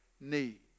need